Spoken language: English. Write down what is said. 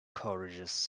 courageous